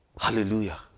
Hallelujah